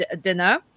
dinner